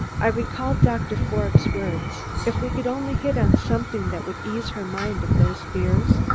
i recalled doctor forbes' words if we could only hit on something that would ease her mind of those fears,